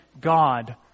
God